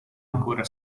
ancora